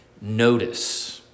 notice